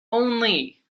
only